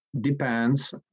depends